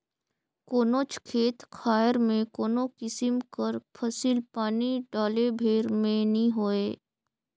कोनोच खेत खाएर में कोनो किसिम कर फसिल पानी डाले भेर में नी होए